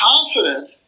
confident